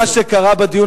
את מה שקרה בדיון,